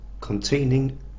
containing